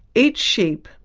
each sheep,